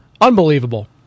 unbelievable